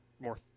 more